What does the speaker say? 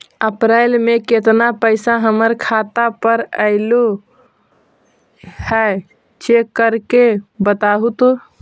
अप्रैल में केतना पैसा हमर खाता पर अएलो है चेक कर के बताहू तो?